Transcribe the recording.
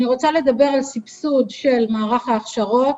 אני רוצה לדבר על סבסוד של מערך ההכשרות.